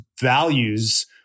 values